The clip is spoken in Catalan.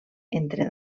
entre